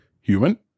human